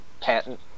patent